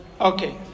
Okay